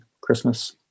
Christmas